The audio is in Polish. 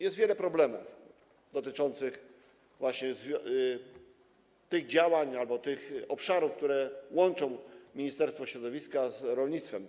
Jest wiele problemów dotyczących właśnie tych działań oraz obszarów, które łączą Ministerstwo Środowiska z rolnictwem.